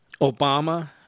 Obama